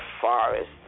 forest